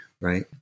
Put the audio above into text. right